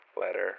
Letter